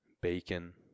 bacon